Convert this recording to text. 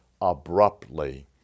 abruptly